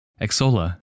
Exola